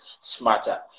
smarter